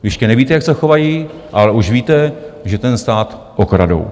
Ještě nevíte, jak se chovají, ale už víte, že ten stát okradou.